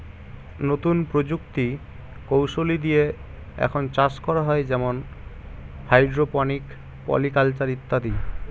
নতুন প্রযুক্তি কৌশলী দিয়ে এখন চাষ করা হয় যেমন হাইড্রোপনিক, পলি কালচার ইত্যাদি